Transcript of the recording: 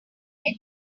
did